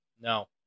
No